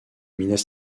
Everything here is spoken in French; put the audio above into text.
minas